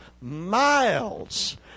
miles